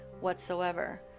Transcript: whatsoever